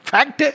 Fact